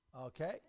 Okay